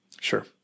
sure